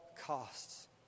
costs